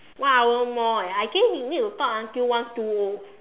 one hour more eh I think we need to talk until one two O